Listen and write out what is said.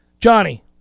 Johnny